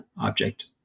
object